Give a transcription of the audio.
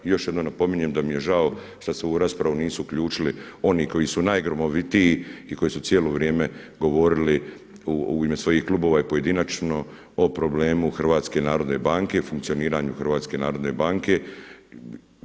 I još jednom napominjem da mi je žao što se u ovu raspravu nisu uključili oni koji su najgromovitiji i koji su cijelo vrijeme govorili u ime svojih klubova i pojedinačno o problemu Hrvatske narodne banke, funkcioniranju Hrvatske narodne banke.